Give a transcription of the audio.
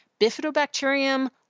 bifidobacterium